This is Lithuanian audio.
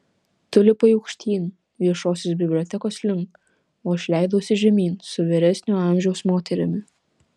tu lipai aukštyn viešosios bibliotekos link o aš leidausi žemyn su vyresnio amžiaus moterimi